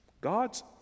God's